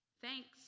Thanks